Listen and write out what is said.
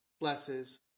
blesses